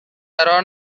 قرار